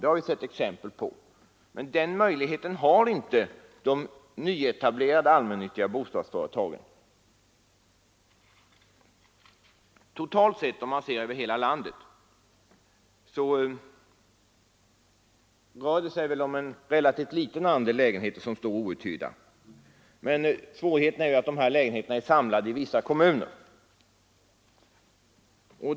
Det har vi sett exempel på. Men ett nyetablerat, allmännyttigt bostadsföretag har inte den möjligheten. Totalt sett, alltså över hela landet, rör det sig ändå om ett relativt litet antal outhyrda lägenheter, men svårigheterna är att de är samlade till vissa kommuner.